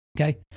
Okay